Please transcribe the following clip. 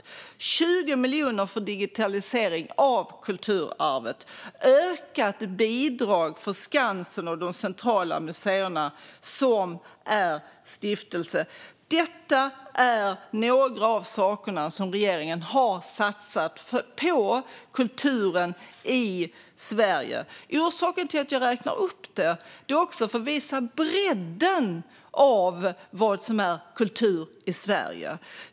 Vi satsade 20 miljoner för digitalisering av kulturarvet och gav ett ökat bidrag för Skansen och de centrala museer som är stiftelser. Detta är några av de saker som regeringen har satsat på när det gäller kulturen i Sverige. Orsaken till att jag räknar upp dem är att jag vill visa bredden av vad som är kultur i Sverige.